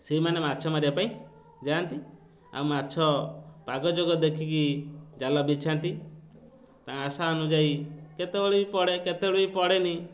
ସେଇମାନେ ମାଛ ମାରିବା ପାଇଁ ଯାଆନ୍ତି ଆଉ ମାଛ ପାଗ ଯୋଗ ଦେଖିକି ଜାଲ ବିଛାନ୍ତି ଆଶା ଅନୁଯାୟୀ କେତେବେଳେ ବି ପଡ଼େ କେତେବେଳେ ବି ପଡ଼େନି